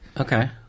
Okay